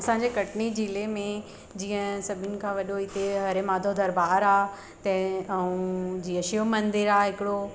असांजे कटनी जिले में जीअं सभिनि खां वॾो हिते हरे माधव दरबार आहे त ऐं जीअ शिव मंदिर आहे हिकिड़ो